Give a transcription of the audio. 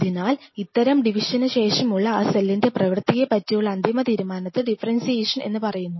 അതിനാൽ ഇത്തരത്തിൽ ഡിവിഷന് ശേഷമുള്ള ആ സെല്ലിന്റെ പ്രവർത്തിയെ പറ്റിയുള്ള അന്തിമ തീരുമാനത്തെ ഡിഫറെൻഷിയേ ഷൻ എന്ന് പറയുന്നു